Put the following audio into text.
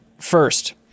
first